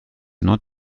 not